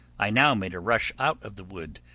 i now made a rush out of the wood,